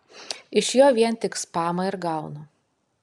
iš jo vien tik spamą ir gaunu